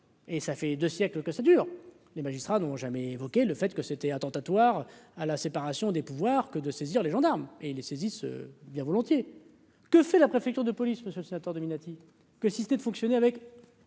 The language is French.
et ça fait 2 siècles que ça dure, les magistrats n'ont jamais évoqué le fait que c'était attentatoire à la séparation des pouvoirs que de saisir les gendarmes et les saisissent bien volontiers, que fait la préfecture de police, monsieur le sénateur Dominati que si c'était de fonctionner avec.